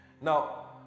Now